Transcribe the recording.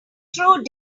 through